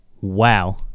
WOW